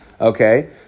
Okay